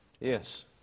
Yes